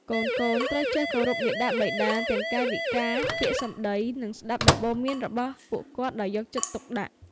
កូនត្រូវចេះគោរពមាតាបិតា ទាំងកាយវិការ ពាក្យសម្ដី និងស្ដាប់ដំបូន្មានរបស់ពួកគាត់ដោយយកចិត្តទុកដាក់។